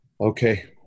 Okay